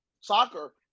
soccer